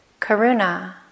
karuna